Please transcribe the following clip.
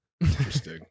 interesting